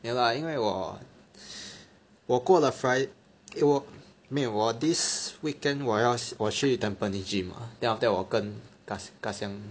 没有啦因为我我过了 Fri~ 我没有我 this weekend 我要我去 Tampines gym ah then after that 我跟 ka~ ka xiang